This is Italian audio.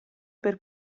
per